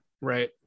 right